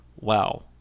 Wow